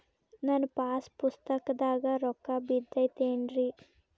ನನ್ನ ಪಾಸ್ ಪುಸ್ತಕದಾಗ ರೊಕ್ಕ ಬಿದ್ದೈತೇನ್ರಿ?